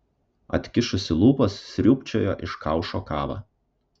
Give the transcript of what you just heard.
atkišusi lūpas sriūbčiojo iš kaušo kavą